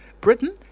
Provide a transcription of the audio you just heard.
Britain